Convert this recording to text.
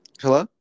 Hello